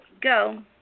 Go